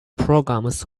programs